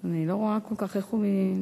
אני לא רואה כל כך איך הוא מתקיים.